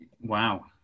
Wow